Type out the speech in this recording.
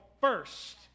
first